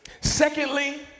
Secondly